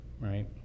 right